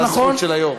זה הזכות של היו"ר.